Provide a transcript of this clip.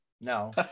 No